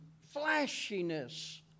flashiness